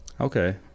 Okay